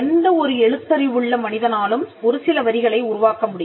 எந்த ஒரு எழுத்தறிவுள்ள மனிதனாலும் ஒரு சில வரிகளை உருவாக்க முடியும்